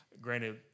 Granted